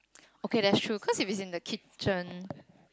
okay that's true cause if it's in the kitchen